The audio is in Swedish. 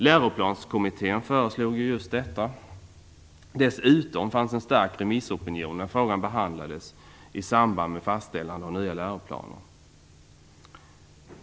Läroplanskommittén föreslog ju just detta, och dessutom fanns en stark remissopinion när frågan behandlades i samband med fastställandet av nya läroplaner.